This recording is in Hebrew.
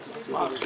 הצבעה הפניות אושרו.